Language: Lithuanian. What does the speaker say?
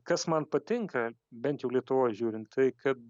kas man patinka bent jau lietuvoj žiūrint tai kad